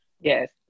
Yes